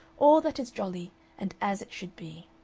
all that is jolly and as it should be.